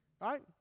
right